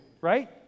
right